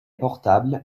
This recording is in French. portables